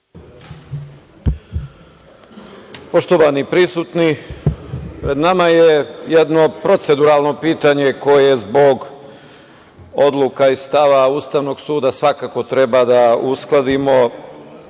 Poštovani prisutni, pred nama je jedno proceduralno pitanje koje zbog odluka iz stava Ustavnog suda svakako treba da uskladimo